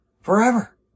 forever